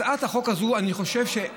הצעת חוק כזאת, כפרטית,